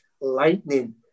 lightning